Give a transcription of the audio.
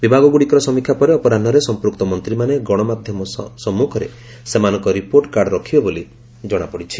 ବିଭାଗ ଗୁଡ଼ିକର ସମୀକ୍ଷା ପରେ ଅପରାହ୍ବରେ ସମ୍ମକ୍ତ ମନ୍ତୀମାନେ ଗଶମାଧ୍ଧମ ଆଗରେ ସେମାନଙ୍କ ରିପୋର୍ଟକାର୍ଡ ରଖବେ ବୋଲି ଜଣାପଡିଛି